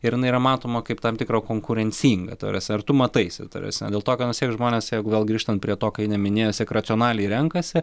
ir jinai yra matoma kaip tam tikra konkurencinga ta prasme ar tu mataisi ta prasme dėl to kad žmonės jeigu vėl grįžtant prie to kai ainė minėjo vis tiek racionaliai renkasi